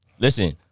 Listen